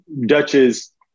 Duchess